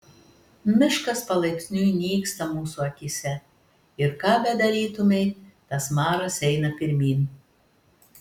miškas palaipsniui nyksta mūsų akyse ir ką bedarytumei tas maras eina pirmyn